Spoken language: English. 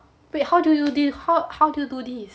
wait how do you do this how do you do this